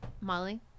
Molly